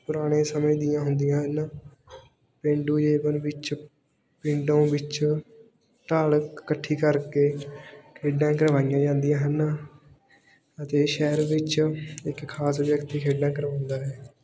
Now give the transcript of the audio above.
ਪੁਰਾਣੇ ਸਮੇਂ ਦੀਆਂ ਹੁੰਦੀਆਂ ਹਨ ਪੇਂਡੂ ਜੀਵਨ ਵਿੱਚ ਪਿੰਡਾਂ ਵਿੱਚ ਢਾਲ ਇਕੱਠੀ ਕਰਕੇ ਖੇਡਾਂ ਕਰਵਾਈਆਂ ਜਾਂਦੀਆਂ ਹਨ ਅਤੇ ਸ਼ਹਿਰ ਵਿੱਚ ਇੱਕ ਖਾਸ ਵਿਅਕਤੀ ਖੇਡਾਂ ਕਰਵਾਉਂਦਾ ਹੈ